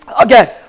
Again